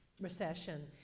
recession